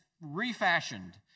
refashioned